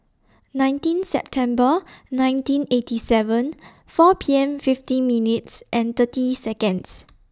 nineteen September nineteen eighty seven four P M fifty minutes and thirty Seconds